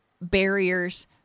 barriers